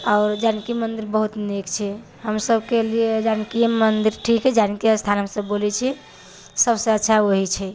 आओर जानकी मन्दिर बहुत नीक छै हमसभके लिए जानकी मन्दिर ठीक छै जानकी स्थान हमसभ बोलै छियै सभसँ अच्छा वही छै